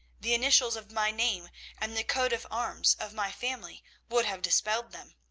the initials of my name and the coat-of-arms of my family would have dispelled them.